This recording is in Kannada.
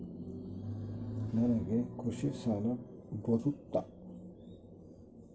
ನನಗೆ ಕೃಷಿ ಸಾಲ ಬರುತ್ತಾ?